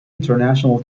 international